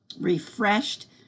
refreshed